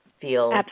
feel